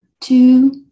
two